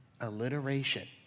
alliteration